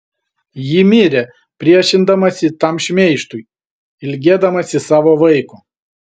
ji mirė priešindamasi tam šmeižtui ilgėdamasi savo vaiko